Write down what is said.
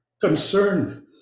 concerned